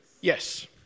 Yes